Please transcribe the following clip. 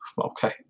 Okay